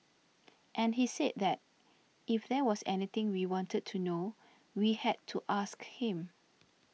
and he said that if there was anything we wanted to know we had to ask him